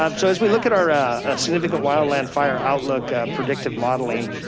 um so as we look at our a significant wild land fire outlook predictive modeling,